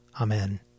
Amen